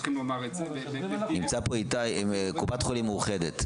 נמצא פה איתי מקופת חולים מאוחדת.